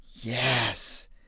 Yes